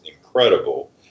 incredible